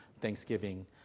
thanksgiving